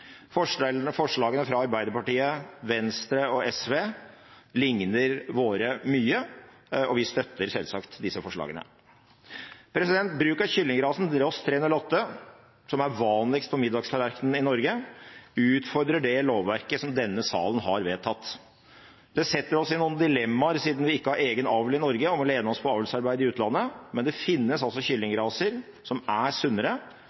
Forslagene fra Arbeiderpartiet, Venstre og SV likner våre mye, og vi støtter selvsagt disse forslagene. Bruk av kyllingrasen Ross 308, som er vanligst på middagstallerkenene i Norge, utfordrer det lovverket som denne salen har vedtatt. Det setter oss i noen dilemmaer siden vi ikke har egen avl i Norge og må lene oss på avlsarbeid i utlandet, men det finnes altså kyllingraser som er sunnere,